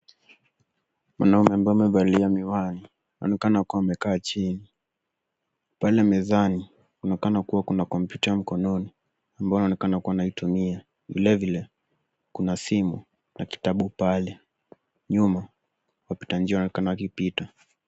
Mwanaume ambaye amevalia miwani anaonekana kuwa amekaa chini. Pale mezani kunaonekana kuwa kuna kompyuta mkononi ambao wanaonekana kuwa wanaitumia . Vile vile kuna simu na kitabu pale nyuma. Wapita njia wanaonekana wakipita.